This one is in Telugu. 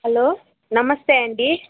హలో నమస్తే అండీ